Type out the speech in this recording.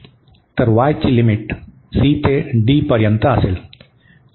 तर y ची limit c ते d पर्यंत असेल